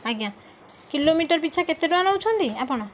ଆଜ୍ଞା କିଲୋମିଟର ପିଛା କେତେ ଟଙ୍କା ନେଉଛନ୍ତି ଆପଣ